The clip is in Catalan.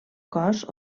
cos